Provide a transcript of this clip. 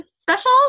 special